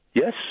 Yes